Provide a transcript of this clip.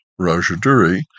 Rajaduri